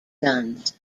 guns